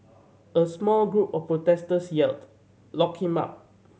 a small group of protesters yelled lock him up